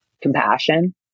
compassion